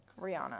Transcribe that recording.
Rihanna